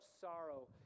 sorrow